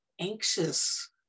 anxious